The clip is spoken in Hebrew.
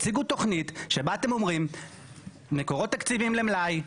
תציגו תוכנית שבה אתם אומרים מקורות תקציביים למלאי,